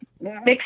mixed